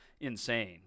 insane